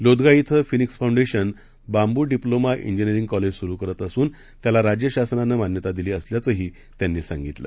लोदगा क्वेफिनिक्सफाउंडेशन बांबुडिप्लोमा जीनियरिंगकॉलेजसुरूकरतअसूनत्यालाराज्यशासनानंमान्यतादिलीअसल्याचंहीत्यांनीसांगितलं